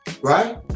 Right